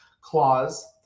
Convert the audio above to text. clause